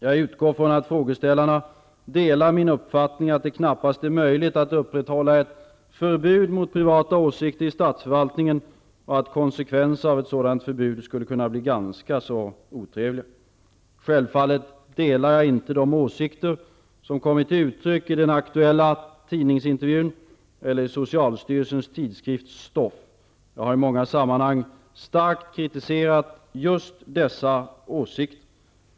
Jag utgår från att frågeställarna delar min uppfattning att det knappast är möjligt att upprätthålla ett förbud mot privata åsikter i statsförvaltningen och att konsekvenserna av ett sådant förbud skulle kunna bli ganska otrevliga. Jag delar självfallet inte de åsikter som kom till uttryck i den aktuella tidningsintervjun eller i socialstyrelsens tidskrift Stoff. Jag har i många sammanhang starkt kritiserat just dessa åsikter.